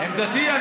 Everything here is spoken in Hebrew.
עמדתי?